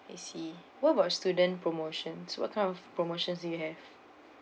I see what about student promotions what kind of promotions do you have